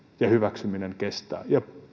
ja hyväksyminen kestää